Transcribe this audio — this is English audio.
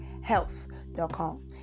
health.com